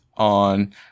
On